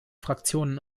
fraktionen